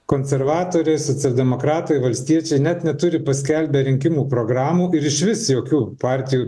konservatoriai socialdemokratai valstiečiai net neturi paskelbę rinkimų programų ir išvis jokių partijų